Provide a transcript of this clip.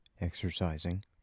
exercising